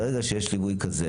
ברגע שיש ליווי כזה,